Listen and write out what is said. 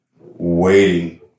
waiting